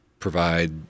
provide